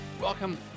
Welcome